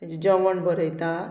तेजें जेवण बरयता